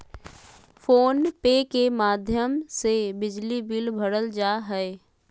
phone पे के माध्यम से बिजली बिल भरल जा हय